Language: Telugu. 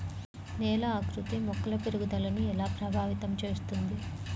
నేల ఆకృతి మొక్కల పెరుగుదలను ఎలా ప్రభావితం చేస్తుంది?